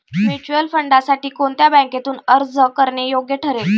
Mutual फंडांसाठी कोणत्या बँकेतून अर्ज करणे योग्य ठरेल?